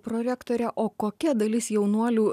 prorektore o kokia dalis jaunuolių